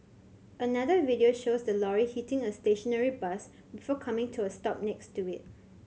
another video shows the lorry hitting a stationary bus before coming to a stop next to it